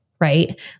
right